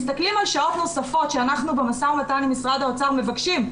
מסתכלים על שעות נוספות שאנחנו במשא ומתן עם משרד האוצר ומבקשים,